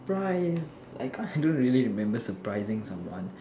surprise I can't do really remember surprising someone